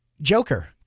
Joker